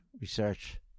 research